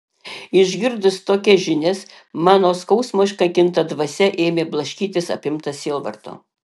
išgirdus tokias žinias mano skausmo iškankinta dvasia ėmė blaškytis apimta sielvarto